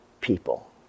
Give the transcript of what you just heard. people